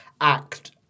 act